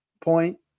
point